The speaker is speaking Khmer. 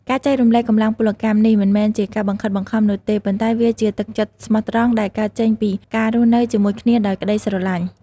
ការចែករំលែកកម្លាំងពលកម្មនេះមិនមែនជាការបង្ខិតបង្ខំនោះទេ ប៉ុន្តែវាជាទឹកចិត្តស្មោះត្រង់ដែលកើតចេញពីការរស់នៅជាមួយគ្នាដោយក្ដីស្រឡាញ់។